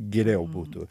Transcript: geriau būtų